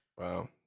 Wow